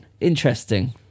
Interesting